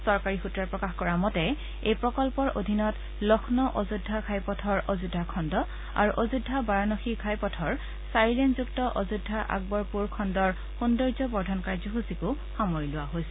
চৰকাৰী সূত্ৰই প্ৰকাশ কৰা মতে এই প্ৰকল্পৰ অধীনত লক্ষ্ণৌ অযোধ্যা ঘাইপথৰ অযোধ্যা খণ্ড আৰু অযোধ্যা বাৰানসী ঘাইপথৰ চাৰিলেনযুক্ত অযোধ্যা আকবৰপুৰ খণ্ডৰ সৌন্দৰ্য বৰ্ধন কাৰ্যসূচীকো সামৰি লোৱা হৈছে